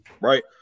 right